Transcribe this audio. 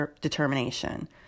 determination